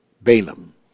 Balaam